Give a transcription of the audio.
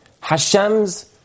Hashem's